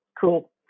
cool